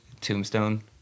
Tombstone